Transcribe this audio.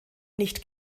nicht